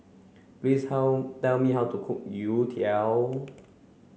please how tell me how to cook Youtiao